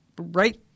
right